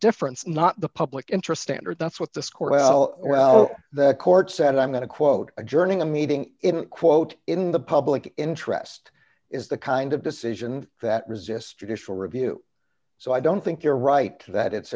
difference not the public interest standard that's what the score well well the court said i'm going to quote adjourning a meeting quote in the public interest is the kind of decision that resistor dish will review so i don't think you're right that it's